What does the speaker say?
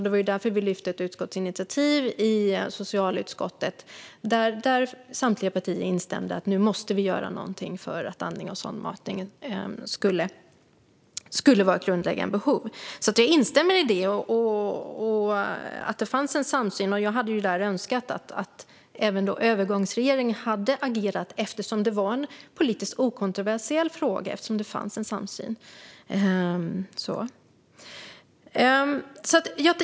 Det var därför vi tog ett utskottsinitiativ i socialutskottet, där samtliga partier instämde i att vi måste göra någonting för att andning och sondmatning skulle räknas som grundläggande behov. Jag instämmer i att det fanns en samsyn och hade därför önskat att övergångsregeringen hade agerat. Det var ju en politiskt okontroversiell fråga, eftersom det fanns en samsyn.